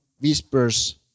whispers